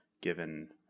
given